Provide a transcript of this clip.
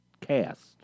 cast